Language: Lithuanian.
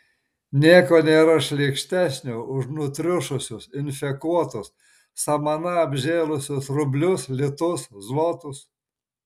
nieko nėra šlykštesnio už nutriušusius infekuotus samana apžėlusius rublius litus zlotus